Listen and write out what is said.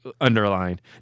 underlined